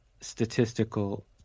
statistical